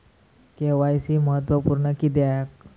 KYC महत्त्वपुर्ण किद्याक?